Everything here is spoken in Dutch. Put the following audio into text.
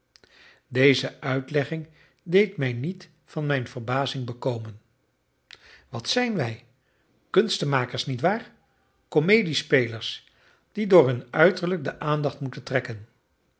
deze uitlegging deed mij niet van mijn verbazing bekomen wat zijn wij kunstenmakers niet waar komediespelers die door hun uiterlijk de aandacht moeten trekken